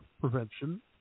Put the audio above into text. prevention